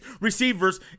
receivers